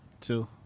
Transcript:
two